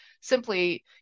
simply